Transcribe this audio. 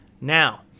Now